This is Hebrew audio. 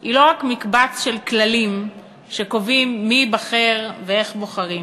היא לא רק מקבץ של כללים שקובעים מי ייבחר ואיך בוחרים.